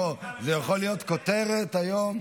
בוא, זו יכולה להיות כותרת היום.